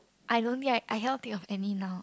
I don't get I cannot think of any now